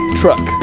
truck